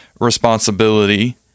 responsibility